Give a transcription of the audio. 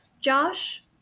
Josh